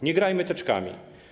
Nie grajmy teczkami.